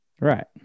Right